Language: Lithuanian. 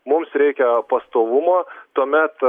mums reikia pastovumo tuomet